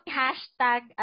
hashtag